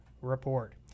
report